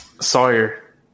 Sawyer